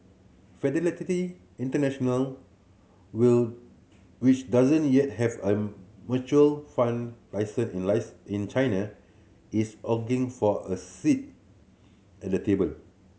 Fidelity International will which doesn't yet have a mutual fund license in in China is angling for a seat at the table